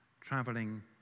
traveling